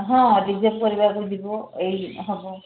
ହଁ ରିଜର୍ଭ କରିବାକୁ ଯିବ ଏଇ ହେବ